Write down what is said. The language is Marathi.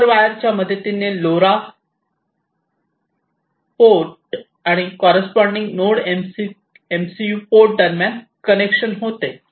जम्पर वायर च्या मदतीने लोरा पोर्ट आणि कॉररेस्पॉन्डिन्ग नोड एमसीयू पोर्ट दरम्यान कनेक्शन होते